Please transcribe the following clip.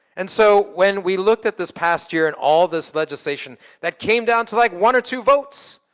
and so, when we looked at this past year and all this legislation, that came down to like one or two votes,